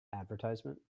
advertisement